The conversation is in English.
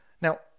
Now